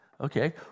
okay